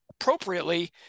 appropriately